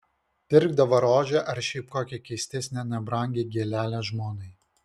pirkdavo rožę ar šiaip kokią keistesnę nebrangią gėlelę žmonai